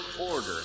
order